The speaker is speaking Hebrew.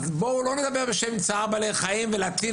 אז בואו לא נדבר בשם צער בעלי חיים ולהתקיל